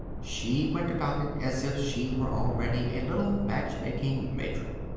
she went about it as if she were already a little matchmaking matron.